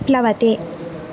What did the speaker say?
प्लवते